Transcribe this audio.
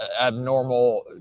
abnormal